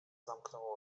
zamknął